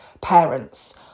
parents